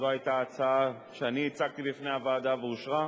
זו היתה הצעה שאני הצגתי בפני הוועדה והיא אושרה.